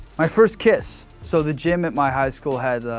my first kiss. so the gym at my high school had,